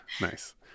Nice